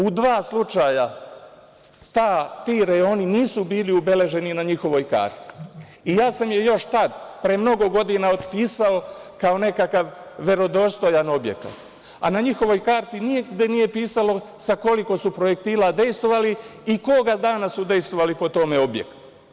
U dva slučaja ti rejoni nisu bili ubeleženi na njihovoj karti i ja sam je još tad pre mnogo godina otpisao kao nekakav verodostojan objekat, a na njihovoj karti nigde nije pisalo sa koliko su projektila dejstvovali i kog dana su dejstvovali po tom objektu.